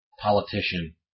politician